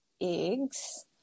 eggs